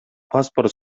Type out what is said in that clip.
паспорт